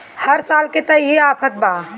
हर साल के त इहे आफत बा